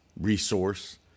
resource